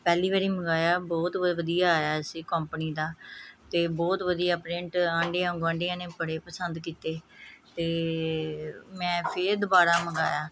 ਪਹਿਲੀ ਵਾਰੀ ਮੰਗਵਾਇਆ ਬਹੁਤ ਵਧੀਆ ਆਇਆ ਸੀ ਕੋਂਪਣੀ ਦਾ ਅਤੇ ਬਹੁਤ ਵਧੀਆ ਪ੍ਰਿੰਟ ਆਂਢੀਆਂ ਗੁਆਂਢੀਆਂ ਨੇ ਬੜੇ ਪਸੰਦ ਕੀਤੇ ਅਤੇ ਮੈਂ ਫੇਰ ਦੁਬਾਰਾ ਮੰਗਵਾਇਆ